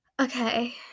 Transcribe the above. okay